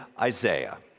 Isaiah